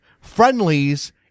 Friendlies